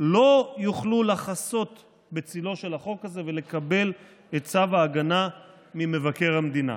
לא יוכלו לחסות בצילו של החוק הזה ולקבל את צו ההגנה ממבקר המדינה.